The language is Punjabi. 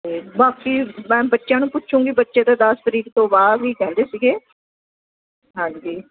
ਅਤੇ ਬਾਕੀ ਮੈਮ ਬੱਚਿਆਂ ਨੂੰ ਪੁੱਛਾਂਗੀ ਬੱਚੇ ਤਾਂ ਦਸ ਤਰੀਕ ਤੋਂ ਬਾਅਦ ਵੀ ਕਹਿੰਦੇ ਸੀਗੇ ਹਾਂਜੀ